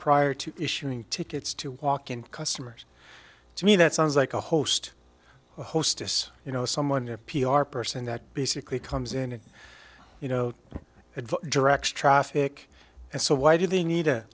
prior to issuing tickets to walk in customers to me that sounds like a host hostess you know someone your p r person that basically comes in and you know it directs traffic and so why do they need